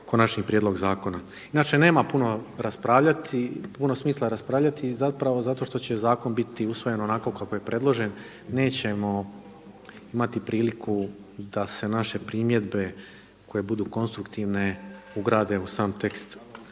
konačni prijedlog zakona. Inače nema puno smisla raspravljati i zapravo zato što će zakon biti usvojen onako kako je predložen, nećemo imati priliku da se naše primjedbe koje budu konstruktivne ugrade u sam tekst